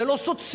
זה לא סוציאלי.